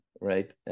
right